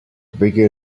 bigger